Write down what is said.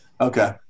Okay